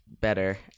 better